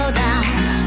down